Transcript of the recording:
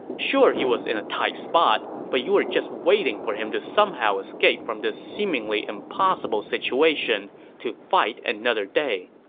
sure he was in a tight spot, but you were just waiting for him to somehow escape from this seemingly impossible situation to fight another day.